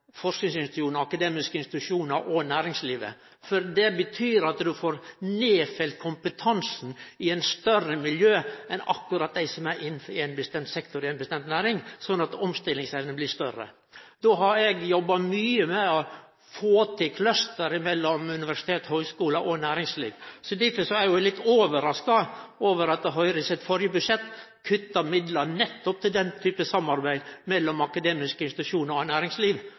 akademiske institusjonar og næringsliv. Det betyr at ein får nedfelt kompetansen i større miljø enn akkurat dei som er innafor ein bestemt sektor i ei bestemt næring, slik at omstillingsevna blir større. Eg har jobba mykje med å få til clusteret mellom universitet, høgskular og næringsliv. Derfor er eg litt overraska over at Høgre i sitt førre budsjett kutta midlar nettopp til denne typen samarbeid mellom akademiske institusjonar og næringsliv.